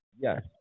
Yes